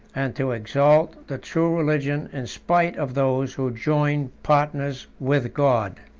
and to exalt the true religion in spite of those who join partners with god.